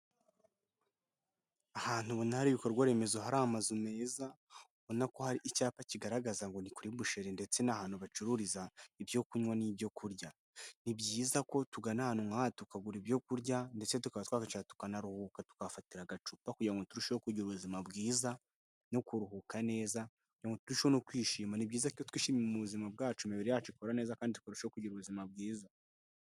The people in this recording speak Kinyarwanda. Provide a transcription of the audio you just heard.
Ahantu ubona hari ibikorwa remezo hari amazu meza, ubona ko hari icyapa kigaragaza ngo ni kuri busheri ndetse n'ahantu bacururiza ibyo kunywa n'ibyo kurya, ni byiza ko tugana ahantu nk'aha tukagura ibyo kurya ndetse tukaba twakicara tukanaruhuka tukahafatira agacupa kugira ngo turusheho kugira ubuzima bwiza no kuruhuka neza, turusheho no kwishima; ni byiza ko twishira mu buzima bwacu imibiri yacu ikora neza kandi tukarushaho kugira ubuzima bwiza.